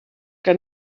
que